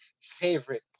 favorite